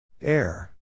Air